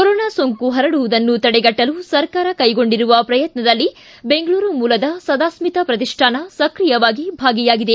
corona ಸೋಂಕು ಹರಡುವುದನ್ನು ತಡೆಗಟ್ಟಲು ಸರ್ಕಾರ ಕೈಗೊಂಡಿರುವ ಪ್ರಯತ್ನದಲ್ಲಿ ಬೆಂಗಳೂರು ಮೂಲದ ಸದಾಸ್ವಿತ ಪ್ರತಿಷ್ಠಾನ ಸಕ್ರಿಯವಾಗಿ ಭಾಗಿಯಾಗಿದೆ